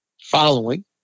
following